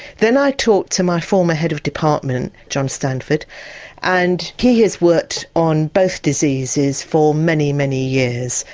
then i talked to my former head of department john stanford and he has worked on both diseases for many, many years.